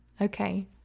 Okay